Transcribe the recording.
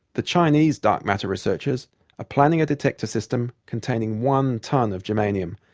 the chinese dark matter researchers are planning a detector system containing one ton of germanium,